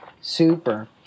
Super